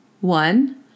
One